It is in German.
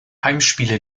heimspiele